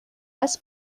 است